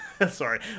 Sorry